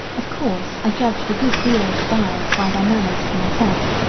of course i judged a good deal of the buyers by their manners to myself.